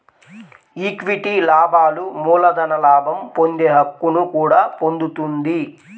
equity లాభాలు మూలధన లాభం పొందే హక్కును కూడా పొందుతుంది